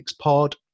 pod